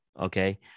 okay